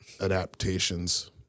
adaptations